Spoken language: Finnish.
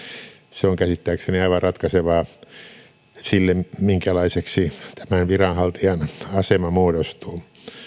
se on käsittääkseni aivan ratkaisevaa siinä minkälaiseksi tämän viranhaltijan asema muodostuu